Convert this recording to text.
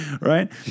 right